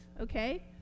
okay